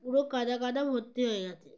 পুরো কাদা কাদা ভর্ত হয়ে গেছে